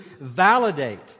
validate